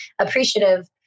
appreciative